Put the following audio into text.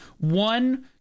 one